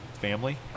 family